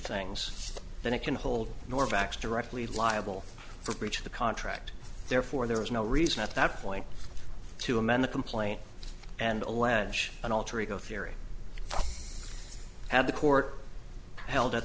things then it can hold nor backs directly liable for breach of the contract therefore there was no reason at that point to amend the complaint and allege an alter ego theory had the court held at